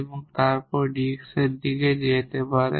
এখানে তারপর dx এই দিকে যেতে পারে